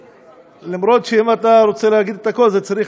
אפילו שאם אתה רוצה להגיד את הכול זה צריך